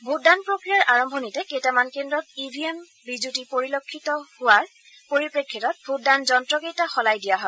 ভোটদান প্ৰক্ৰিয়াৰ আৰম্ভণিতে কেইটামান কেন্দ্ৰত ই ভি এমত বিজুতি পৰিলক্ষিত হোৱাৰ পৰিপ্ৰেক্ষিতত ভোটদান যন্ত্ৰকেইটা সলাই দিয়া হয়